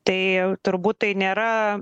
tai turbūt tai nėra